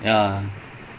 they actually